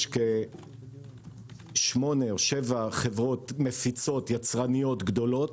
יש כשבע-שמונה חברות מפיצות יצרניות גדולות,